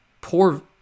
poor